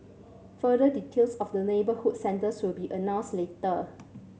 further details of the neighbourhood centres will be announced later